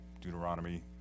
Deuteronomy